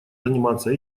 заниматься